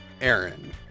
Aaron